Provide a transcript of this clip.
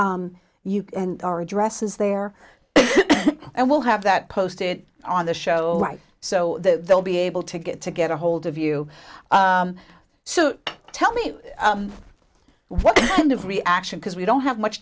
can and our address is there and we'll have that posted on the show alike so they'll be able to get to get a hold of you so tell me what kind of reaction because we don't have much